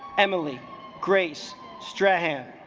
emily grace strahan